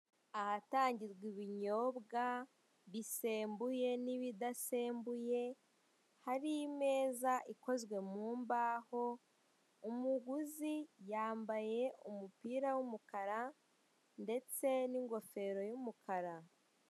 Ahatangirwa ibinyobwa bisembuye n'ibidasembuye, hari imeza ikozwe mu mbaho, umuguzi yambaye umupira w'umukara ndetse n'ingofero y'umukara.